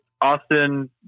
austin